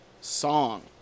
song